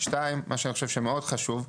שתיים מה שאני חושב שמאוד חשוב,